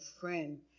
friend